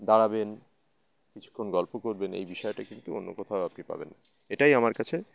দাঁড়াবেন কিছুক্ষণ গল্প করবেন এই বিষয়টা কিন্তু অন্য কোথাও আপনি পাবেন এটাই আমার কাছে